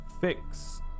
Fix